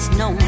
no